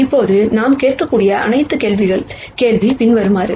இப்போது நாம் கேட்கக்கூடிய அடுத்த கேள்வி பின்வருமாறு